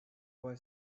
boy